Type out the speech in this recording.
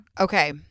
Okay